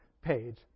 page